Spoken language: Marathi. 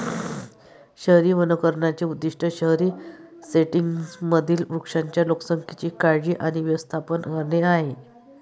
शहरी वनीकरणाचे उद्दीष्ट शहरी सेटिंग्जमधील वृक्षांच्या लोकसंख्येची काळजी आणि व्यवस्थापन करणे आहे